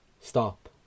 Stop